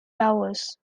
towers